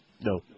No